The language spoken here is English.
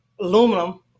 Aluminum